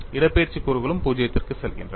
இடப்பெயர்ச்சி கூறுகளும் 0 க்குச் செல்கின்றன